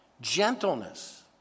Gentleness